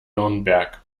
nürnberg